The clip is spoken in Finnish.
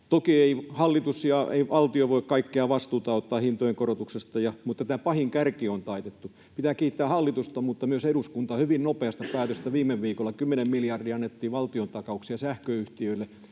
Toki ei hallitus ja valtio voi ottaa kaikkea vastuuta hintojen korotuksesta, mutta tämä pahin kärki on taitettu. Pitää kiittää hallitusta mutta myös eduskuntaa hyvin nopeasta päätöksestä viime viikolla: sähköyhtiöille